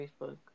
Facebook